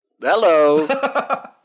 Hello